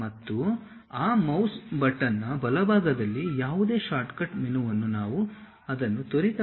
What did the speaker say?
ಮತ್ತು ಆ ಮೌಸ್ ಬಟನ್ನ ಬಲಭಾಗದಲ್ಲಿ ಯಾವುದೇ ಶಾರ್ಟ್ಕಟ್ ಮೆನುವನ್ನು ನಾವು ಅದನ್ನು ತ್ವರಿತವಾಗಿ ನವೀಕರಿಸಲು ಬಯಸುತ್ತೇವೆ